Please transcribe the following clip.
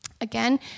Again